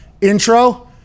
intro